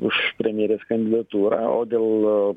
už premjerės kandidatūrą o dėl